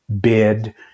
bid